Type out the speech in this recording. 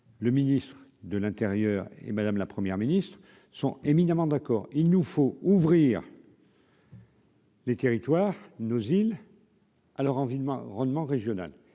le ministre de l'Intérieur et Madame la première ministre sont éminemment d'accord, il nous faut ouvrir. Les territoires nos îles. Alors en rendement régionale,